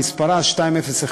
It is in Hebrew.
מספרה 2017,